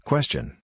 Question